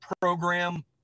program